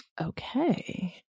Okay